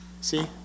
See